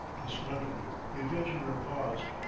disgruntled, the adventurer paused.